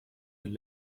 will